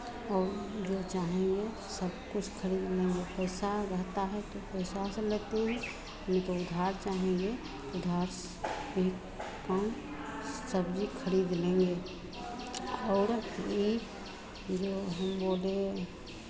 और जो चाहेंगे सबकुछ खरीदने में पैसा रहता है तो पैसा से लेते हैं नहीं तो उधार चाहेंगे तो उधार में काम सब्जी खरीद लेंगे और ई जो हम बोले